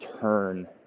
turn